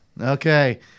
Okay